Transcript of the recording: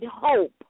hope